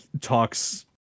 talks